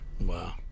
Wow